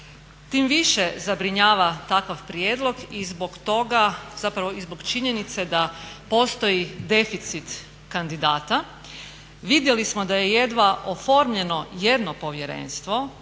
Tim više zabrinjava takav prijedlog i zbog toga, zapravo i zbog činjenice da postoji deficit kandidata, vidjeli smo da je jedva oformljeno jedno Povjerenstvo